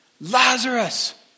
Lazarus